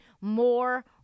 more